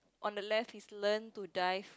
on the left is learn to dive